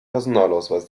personalausweis